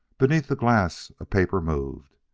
beneath a glass a paper moved,